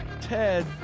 Ted